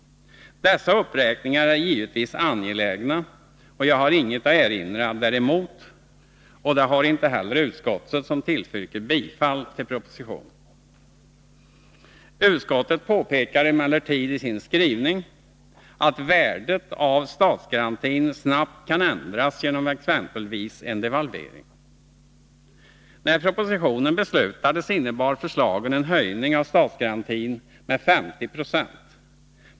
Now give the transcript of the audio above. Dessa uppräkningar är givetvis angelägna, och jag har inget att erinra däremot. Det har inte heller utskottet, som tillstyrker bifall till propositionen. Utskottet påpekar emellertid i sin skrivning att värdet av statsgarantin snabbt kan ändras genom exempelvis en devalvering. När propositionen beslutades innebar förslagen en höjning av statsgarantin med 50 96.